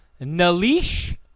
Nalish